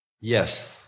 Yes